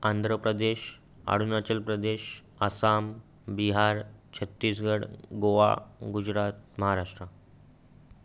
Andhra Pradesh Arunachal Pradesh Assam Bihar Chhattisgarh Goa Gujarat Maharashtra